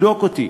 בדוק אותי.